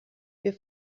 wir